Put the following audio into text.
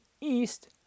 east